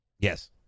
Yes